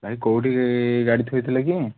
ଭାଇ କେଉଁଠି ଗାଡ଼ି ଥୋଇଥିଲ କି